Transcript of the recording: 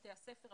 בתי הספר,